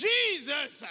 Jesus